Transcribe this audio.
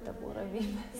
tėvų ramybės